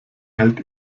hält